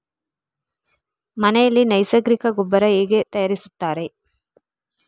ಮನೆಯಲ್ಲಿ ನೈಸರ್ಗಿಕ ಗೊಬ್ಬರ ಹೇಗೆ ತಯಾರಿಸುತ್ತಾರೆ?